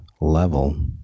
level